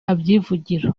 abyivugira